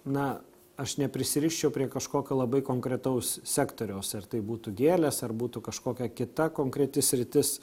na aš neprisiriščiau prie kažkokio labai konkretaus sektoriaus ar tai būtų gėlės ar būtų kažkokia kita konkreti sritis